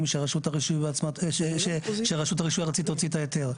שרשות הרישוי הארצית תוציא את ההיתר.